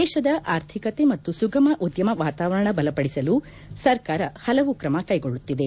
ದೇಶದ ಆರ್ಥಿಕತೆ ಮತ್ತು ಸುಗಮ ಉದ್ಯಮ ವಾತಾವರಣ ಬಲಪಡಿಸಲು ಸರ್ಕಾರ ಪಲವು ತ್ರಮ ಕೈಗೊಳ್ಳುತ್ತಿದೆ